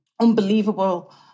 unbelievable